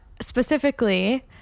specifically